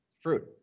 Fruit